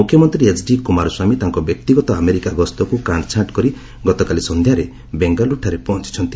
ମୁଖ୍ୟମନ୍ତ୍ରୀ ଏଚ୍ଡି କୁମାରସ୍ୱାମୀ ତାଙ୍କ ବ୍ୟକ୍ତିଗତ ଆମେରିକା ଗସ୍ତକ୍ କାଟ୍ଛାଣ୍ଟ୍ କରି ଗତକାଲି ସନ୍ଧ୍ୟାରେ ବେଙ୍ଗାଲୁରୁଠାରେ ପହଞ୍ଚଛନ୍ତି